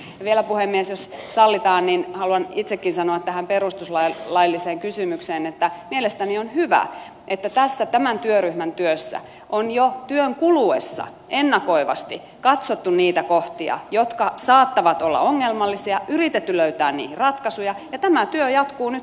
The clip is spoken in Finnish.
ja vielä puhemies jos sallitaan haluan itsekin sanoa tähän perustuslailliseen kysymykseen että mielestäni on hyvä että tämän työryhmän työssä on jo työn kuluessa ennakoivasti katsottu niitä kohtia jotka saattavat olla ongelmallisia yritetty löytää niihin ratkaisuja ja tämä työ jatkuu nyt sitten hallituksen puolella